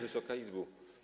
Wysoka Izbo!